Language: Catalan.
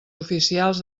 oficials